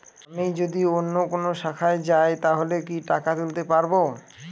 আমি যদি অন্য কোনো শাখায় যাই তাহলে কি টাকা তুলতে পারব?